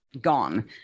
Gone